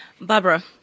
Barbara